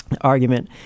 argument